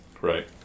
Right